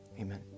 amen